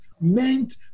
meant